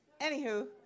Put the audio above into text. Anywho